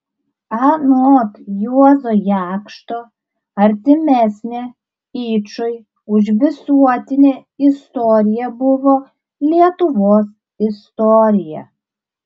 anot juozo jakšto artimesnė yčui už visuotinę istoriją buvo lietuvos istorija